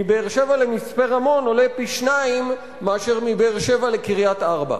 מבאר-שבע למצפה-רמון עולה פי-שניים מאשר מבאר-שבע לקריית-ארבע.